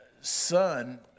son